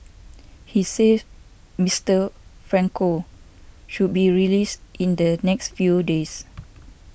he said Mister Franco should be released in the next few days